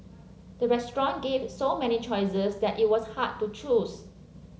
the restaurant gave so many choices that it was hard to choose